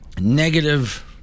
negative